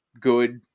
good